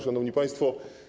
Szanowni Państwo!